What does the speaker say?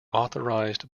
authorized